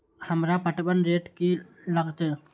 हमरा पटवन रेट की लागते?